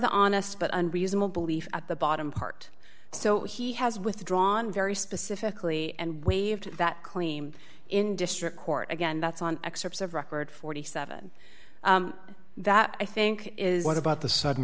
the honest but unreasonable belief at the bottom part so he has withdrawn very specifically and waived that claim in district court again that's on excerpts of record forty seven that i think is what about the sudden